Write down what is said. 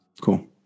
cool